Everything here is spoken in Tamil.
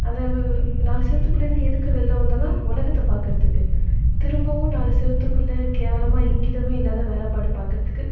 அந்த நாலு செவத்துக்குள்லேருந்து எதுக்கு வெளில வந்தோனால் உலகத்த பார்க்கறத்துக்கு திரும்பவும் நாலு செவத்துக்குள்ள கேவலமாக இங்கீதமே இல்லாத வேலைப்பாடு பார்க்கறத்துக்கு